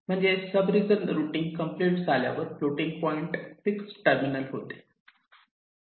म्हणजे sub region routing complete झाल्यावर floating point fix terminal होतील